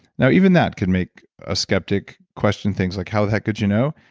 now, even that can make a skeptic question things like how the heck could you know?